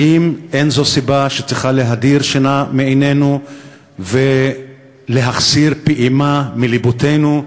האם אין זו סיבה להדיר שינה מעינינו ולהחסיר פעימה מלבותינו?